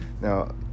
Now